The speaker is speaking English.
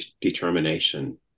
determination